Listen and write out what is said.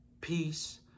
peace